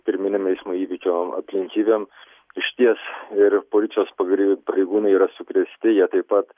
pirminėm eismo įvykio aplinkybėm išties ir policijos pagri pareigūnai yra sukrėsti jie taip pat